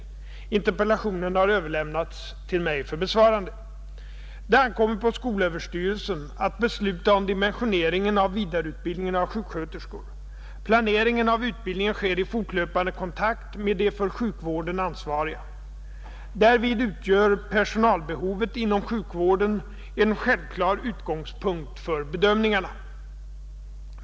Interpellationen har överlämnats till mig för besvarande. Det ankommer på skolöverstyrelsen att besluta om dimensioneringen av vidareutbildningen av sjuksköterskor. Planeringen av utbildningen sker i fortlöpande kontakt med de för sjukvården ansvariga. Därvid utgör personalbehovet inom sjukvården en självklar utgångspunkt för bedömningarna.